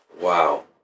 Wow